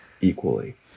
equally